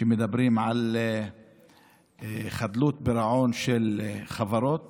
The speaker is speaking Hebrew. שמדברים על חדלות פירעון של חברות